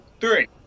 three